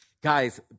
Guys